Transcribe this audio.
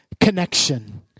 connection